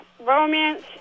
romance